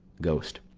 ghost.